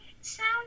sound